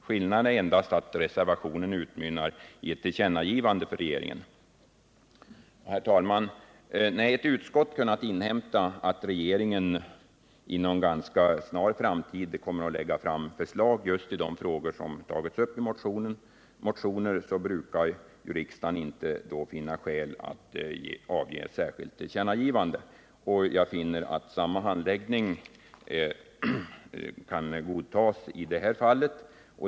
Skillnaden är endast att reservationen utmynnar i ett tillkännagivande till regeringen. Herr talman! När ett utskott kunnat inhämta att regeringen inom en ganska snar framtid kommer att lägga fram förslag just i de frågor som tagits upp i motionerna brukar riksdagen inte finna skäl att avge något särskilt tillkännagivande. Och jag finner att detta också kan godtas i det här fallet.